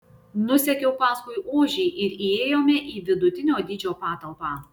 nusekiau paskui ožį ir įėjome į vidutinio dydžio patalpą